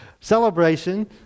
celebration